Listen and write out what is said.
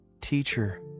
teacher